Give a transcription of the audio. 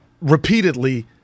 repeatedly